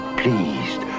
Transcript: pleased